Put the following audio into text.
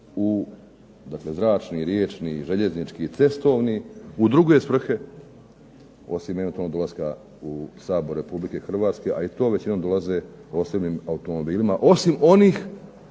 u, zračni, riječni, željeznički, cestovni u druge svrhe osim eventualno dolaska u Sabor Republike Hrvatske, a i to većinom dolaze posebnim automobilima, osim onih